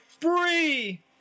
free